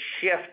shift